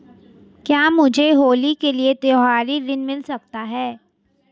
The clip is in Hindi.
क्या मुझे होली के लिए त्यौहारी ऋण मिल सकता है?